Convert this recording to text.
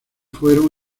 fueron